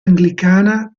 anglicana